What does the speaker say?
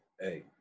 Hey